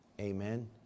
Amen